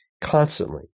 constantly